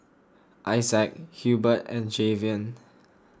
Isaac Hubert and Jayvon